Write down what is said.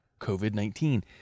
COVID-19